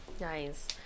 Nice